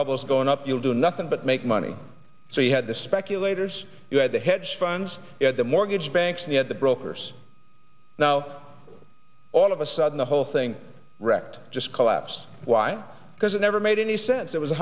bubble is going up you'll do nothing but make money so you had the speculators you had the hedge funds the mortgage banks the at the brokers now all of a sudden the whole thing wrecked just collapse why because it never made any sense it was a